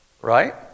right